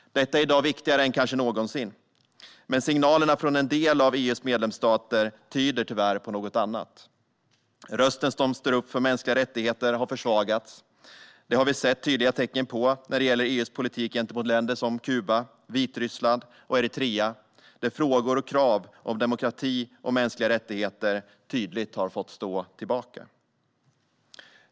Detta är i dag kanske viktigare än någonsin. Men signalerna från en del av EU:s medlemsstater tyder tyvärr på något annat. Rösten som står upp för mänskliga rättigheter har försvagats. Det har vi sett tydliga tecken på när det gäller EU:s politik gentemot länder som Kuba, Vitryssland och Eritrea, där frågor och krav om demokrati och mänskliga rättigheter tydligt har fått stå tillbaka.